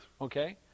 okay